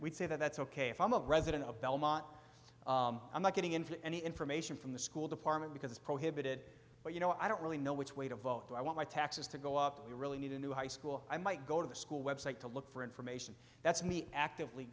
we'd say that that's ok if i'm a resident of belmont i'm not getting into any information from the school department because prohibited but you know i don't really know which way to vote but i want my taxes to go up that we really need a new high school i might go to the school website to look for information that's me actively